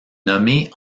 nommé